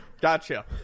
Gotcha